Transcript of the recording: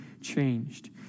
changed